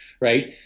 Right